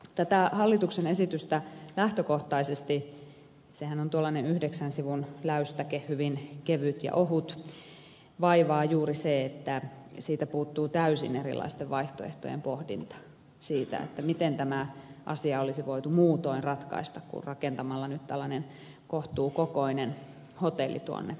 tätä hallituksen esitystä lähtökohtaisesti sehän on tuollainen yhdeksän sivun läystäke hyvin kevyt ja ohut vaivaa juuri se että siitä puuttuu täysin erilaisten vaihtoehtojen pohdinta siitä miten tämä asia olisi voitu muutoin ratkaista kuin rakentamalla nyt tällainen kohtuukokoinen hotelli tuonne keskelle kansallispuistoa